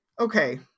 Okay